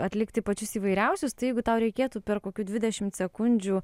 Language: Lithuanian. atlikti pačius įvairiausius tai jeigu tau reikėtų per kokių dvidešimt sekundžių